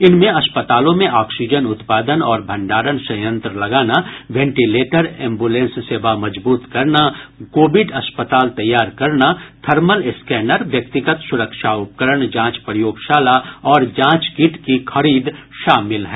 इनमें अस्पतालों में ऑक्सीजन उत्पादन और भंडारण संयंत्र लगाना वेंटिलेटर एम्बुलेंस सेवा मजबूत करना कोविड अस्पताल तैयार करना थर्मल स्कैनर व्यक्तिगत सुरक्षा उपकरण जांच प्रयोगशाला और जांच किट की खरीद शामिल है